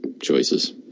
choices